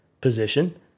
position